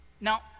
Now